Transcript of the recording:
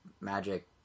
magic